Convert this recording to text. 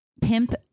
Pimp